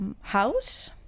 House